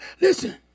Listen